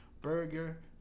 burger